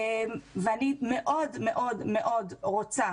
ואני מאוד מאוד מאוד רוצה